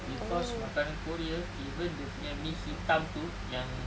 cause makanan korea even dia punya mee hitam tu yang